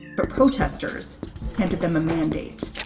but protesters handed them a mandate.